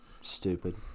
stupid